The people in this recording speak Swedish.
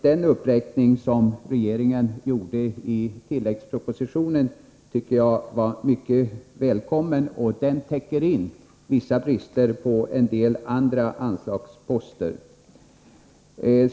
Den uppräkning som regeringen gjorde i tilläggspropositionen var mycket välkommen, och den täcker in vissa brister på en del andra anslagsposter.